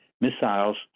missiles